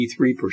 83%